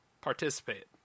participate